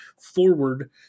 forward